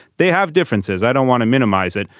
they have differences i don't want to minimize it.